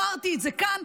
אמרתי את זה כאן,